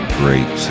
great